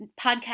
podcast